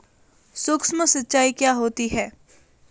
सुक्ष्म सिंचाई क्या होती है?